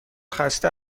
خسته